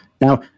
Now